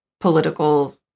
political